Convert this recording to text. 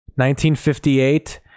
1958